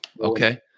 okay